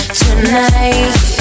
tonight